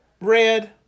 Red